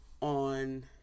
on